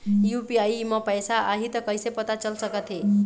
UPI म पैसा आही त कइसे पता चल सकत हे?